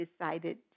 decided